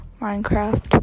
Minecraft